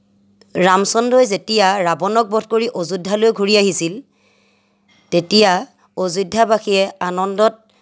ৰামচন্দ্ৰই যেতিয়া ৰাৱনক বধ কৰি অযোধ্যালৈ ঘূৰি আহিছিল তেতিয়া অযোধ্যাবাসীয়ে আনন্দত